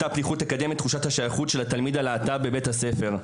אותה פתיחות תקדם את תחושת השייכות של התלמיד הלהט"ב בבית הספר.